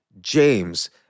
James